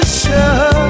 show